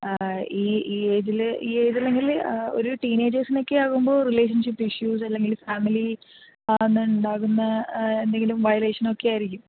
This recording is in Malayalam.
ഈ ഈ ഏയ്ജില് ഈ ഏയ്ജല്ലെങ്കിൽ ഒരു ടീനേജേർസിനൊക്കെ ആകുമ്പോൾ റിലേഷൻഷിപ്പ് ഇഷ്യൂസ് അല്ലെങ്കിൽ ഫാമിലി അവിടുന്നുണ്ടാകുന്ന എന്തെങ്കിലും വയലേഷൻ ഒക്കെ ആയിരിക്കും